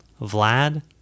Vlad